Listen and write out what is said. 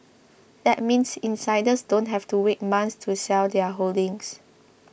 that means insiders don't have to wait months to sell their holdings